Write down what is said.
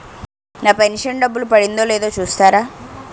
నా pension డబ్బులు పడిందో లేదో చూస్తారా?